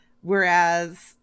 whereas